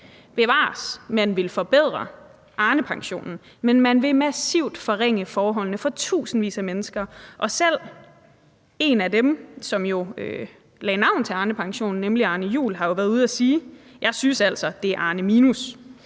Bevares, man vil forbedre Arnepensionen, men man vil massivt forringe forholdene for tusindvis af mennesker, og selv ham, som lagde navn til Arnepensionen, nemlig Arne Juhl, har jo været ude at sige: Jeg synes altså, at det er en